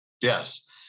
Yes